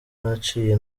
naciye